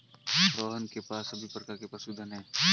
रोहन के पास सभी प्रकार के पशुधन है